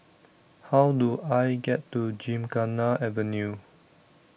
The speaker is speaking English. How Do I get to Gymkhana Avenue